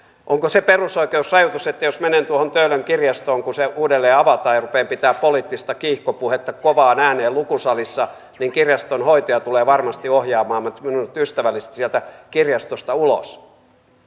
onko se perusoikeusrajoitus että jos menen tuohon töölön kirjastoon kun se uudelleen avataan ja rupean pitämään poliittista kiihkopuhetta kovaan ääneen lukusalissa niin kirjastonhoitaja tulee varmasti ohjaamaan minut ystävällisesti sieltä kirjastosta ulos